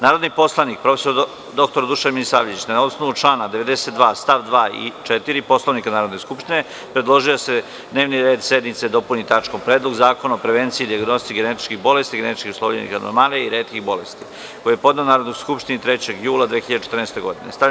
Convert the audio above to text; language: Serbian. Narodni poslanik prof. dr Dušan Milisavljević, na osnovu člana 92. stav 2. i 4. Poslovnika Narodne skupštine, predložio je da se dnevni red sednice dopuni tačkom Predlog zakona o prevenciji i dijagnostici genetičkih bolesti, genetički uslovljenih anomalija i retkih bolesti, koji je podneo Narodnoj skupštini 3. jula 2014. godine.